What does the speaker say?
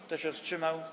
Kto się wstrzymał?